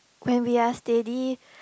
when we are steady